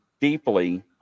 deeply